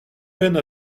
peine